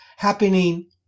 happening